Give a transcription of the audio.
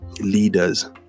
leaders